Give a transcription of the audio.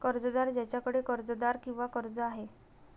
कर्जदार ज्याच्याकडे कर्जदार किंवा कर्ज आहे